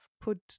put